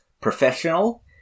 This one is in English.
professional